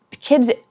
kids